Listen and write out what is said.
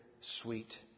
sweet